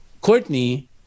Courtney